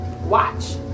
Watch